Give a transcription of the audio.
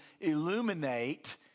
illuminate